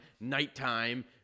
nighttime